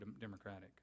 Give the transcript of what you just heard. democratic